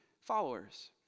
followers